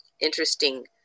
interesting